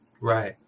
Right